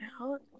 out